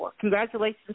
Congratulations